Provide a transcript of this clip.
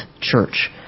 Church